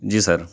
جی سر